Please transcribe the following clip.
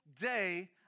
day